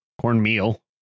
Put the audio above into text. cornmeal